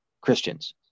Christians